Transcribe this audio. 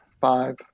five